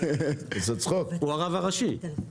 הוא הרב הראשי.